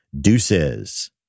deuces